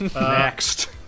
Next